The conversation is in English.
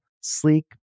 sleek